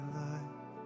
life